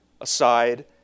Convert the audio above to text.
aside